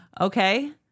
Okay